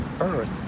earth